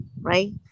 right